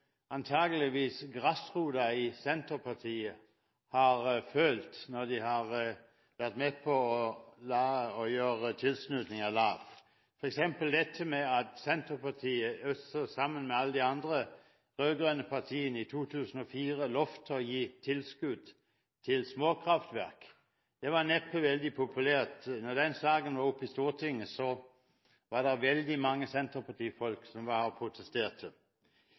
antageligvis har følt når de har vært med på å gi sin tilslutning, f.eks. dette med at Senterpartiet sammen med alle de andre rød-grønne partiene i 2004 lovte å gi tilskudd til småkraftverk. Det var neppe veldig populært. Da den saken var oppe i Stortinget, var det veldig mange senterpartifolk som protesterte. En annen sak som representanten Sande glemte, var